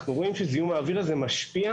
אנחנו רואים שזיהום האוויר הזה משפיע